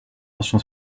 mention